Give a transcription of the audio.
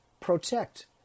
protect